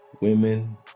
women